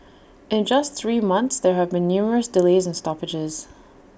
in just three months there have been numerous delays and stoppages